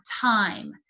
time